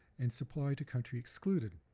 and supply to country excluded.